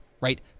right